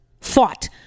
fought